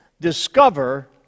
discover